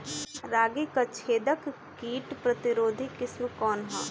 रागी क छेदक किट प्रतिरोधी किस्म कौन ह?